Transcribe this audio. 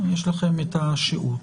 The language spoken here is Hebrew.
יש לכם את השהות.